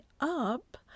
up